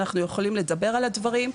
אנחנו יכולים לדבר על הדברים.